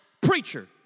preacher